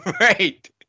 Right